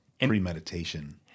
premeditation